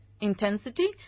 intensity